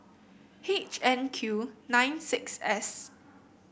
H N Q nine six S